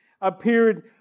appeared